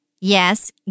Yes